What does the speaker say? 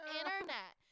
internet